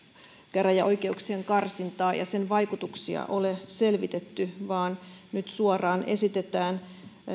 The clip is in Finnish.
käräjäoikeuksien karsintaa ja sen vaikutuksia ole selvitetty vaan nyt suoraan esitetään